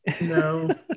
No